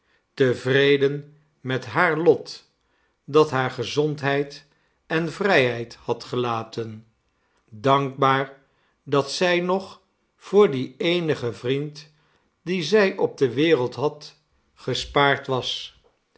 tevreden met haar lot dat haar gezondheid en vrijheid had gelaten dankbaar dat zij nog voor dien eenigen vriend dien zij op de wereld had gespaard was